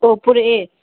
ꯑꯣ ꯄꯨꯔꯛꯑꯦ